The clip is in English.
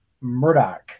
Murdoch